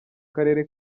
karere